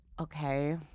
Okay